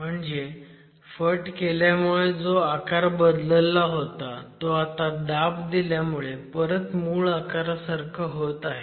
म्हणजे फट केल्यामुळे जो आकार बदलला होता तो आता दाब दिल्यामुळे परत मूळ आकारासारखा होत आहे